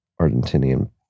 Argentinian